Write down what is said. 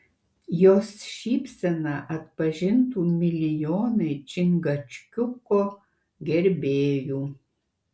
jos šypseną atpažintų milijonai čingačguko gerbėjų